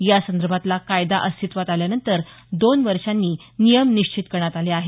यासंदर्भातला कायदा अस्तित्वात आल्यानंतर दोन वर्षांनी नियम निश्चित करण्यात आले आहेत